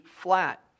flat